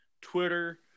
Twitter